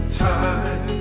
time